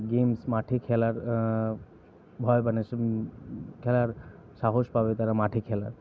games মাঠে খেলার ভয় মানে স খেলার সাহস পাবে তারা মাঠে খেলার